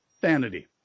Vanity